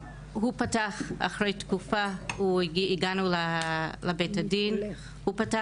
אחרי תקופה הגענו לבית הדין הוא פתח